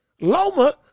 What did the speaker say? Loma